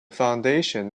foundation